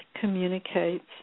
communicates